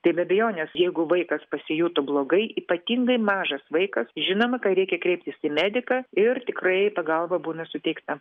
tai be abejonės jeigu vaikas pasijuto blogai ypatingai mažas vaikas žinoma kad reikia kreiptis į mediką ir tikrai pagalba būna suteikta